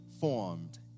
formed